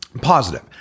positive